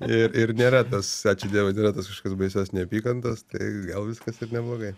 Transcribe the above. ir ir nėra tas ačiū dievui nėra tos kažkokios baisios neapykantos tai gal viskas ir neblogai